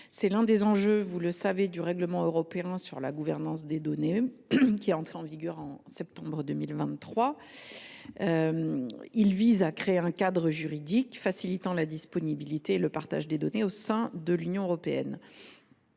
C’est l’un des enjeux, vous le savez, du règlement européen sur la gouvernance des données, applicable depuis septembre 2023. Ce texte vise à créer un cadre juridique facilitant la disponibilité et le partage des données au sein de l’Union européenne.